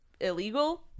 illegal